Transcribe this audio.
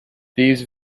these